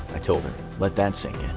i told her. let that sink in.